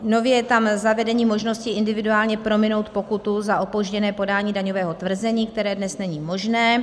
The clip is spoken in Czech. Nově je tam zavedení možnosti individuálně prominout pokutu za opožděné podání daňového tvrzení, které dnes není možné.